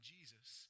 Jesus